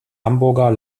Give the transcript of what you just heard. hamburger